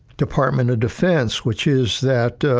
department of defense, which is that